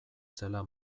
zela